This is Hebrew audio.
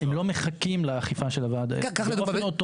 הם לא מחכים לאכיפה של הוועדה, זה אוטומטי.